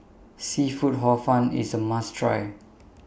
Seafood Hor Fun IS A must Try